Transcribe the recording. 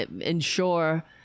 ensure